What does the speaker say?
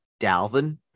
Dalvin